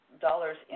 dollars